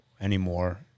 anymore